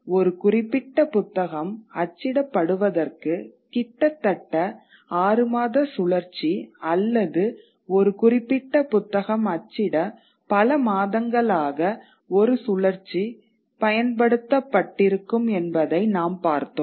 ஒரு குறிப்பிட்ட புத்தகம் அச்சிடப்படுவதற்கு கிட்டத்தட்ட 6 மாத சுழற்சி அல்லது ஒரு குறிப்பிட்ட புத்தகம் அச்சிட பல மாதங்களாக ஒரு சுழற்சி பயன் படுத்தப்பட்டிருக்கும் என்பதை நாம் பார்த்தோம்